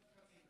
דוד צריך להגיע.